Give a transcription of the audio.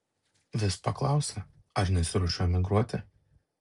vis paklausia ar nesiruošiu emigruoti